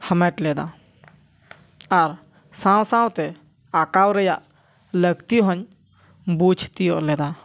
ᱦᱟᱢᱮᱴ ᱞᱮᱫᱟ ᱟᱨ ᱥᱟᱶ ᱥᱟᱶᱛᱮ ᱟᱸᱠᱟᱣ ᱨᱮᱭᱟᱜ ᱞᱟᱹᱠᱛᱤ ᱦᱚᱹᱧ ᱵᱩᱡᱽ ᱛᱤᱭᱚᱜ ᱞᱮᱫᱟ